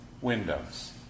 windows